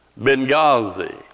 Benghazi